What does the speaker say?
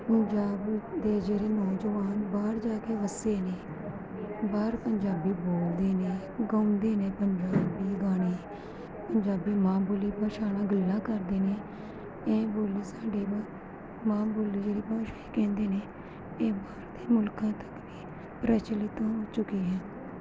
ਪੰਜਾਬ ਦੇ ਜਿਹੜੇ ਨੌਜਵਾਨ ਬਾਹਰ ਜਾ ਕੇ ਵਸੇ ਨੇ ਬਾਹਰ ਪੰਜਾਬੀ ਬੋਲਦੇ ਨੇ ਗਾਉਂਦੇ ਨੇ ਪੰਜਾਬੀ ਗਾਣੇ ਪੰਜਾਬੀ ਮਾਂ ਬੋਲੀ ਭਾਸ਼ਾ ਨਾਲ ਗੱਲਾਂ ਕਰਦੇ ਨੇ ਇਹ ਬੋਲੀ ਸਾਡੀ ਮਾਂ ਮਾਂ ਬੋਲੀ ਜਿਹੜੀ ਭਾਸ਼ਾ ਇਹ ਕਹਿੰਦੇ ਨੇ ਇਹ ਬਾਹਰ ਦੇ ਮੁਲਕਾਂ ਤੱਕ ਵੀ ਪ੍ਰਚਲਿਤ ਹੋ ਚੁੱਕੀ ਹੈ